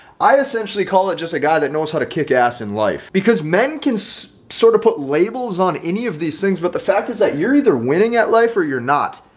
i essentially call it just a guy that knows how to kick ass in life, because because men can so sort of put labels on any of these things. but the fact is that you're either winning at life or you're not.